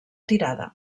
tirada